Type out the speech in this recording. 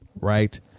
right